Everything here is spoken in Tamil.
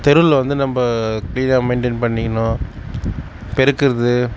தெருவில் வந்து நம்ம க்ளீனாக மெயின்டயின் பண்ணிக்கணும் பெருக்கறது